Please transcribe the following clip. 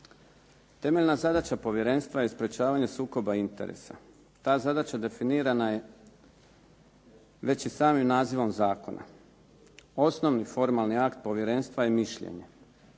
Temeljna zadaća povjerenstva je sprječavanje sukoba interesa. Ta zadaća definirana je već i samim nazivom zakona. Osnovni formalni akt povjerenstva je mišljenje.